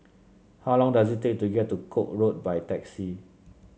how long does it take to get to Koek Road by taxi